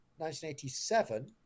1987